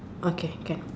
okay can